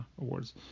awards